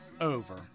over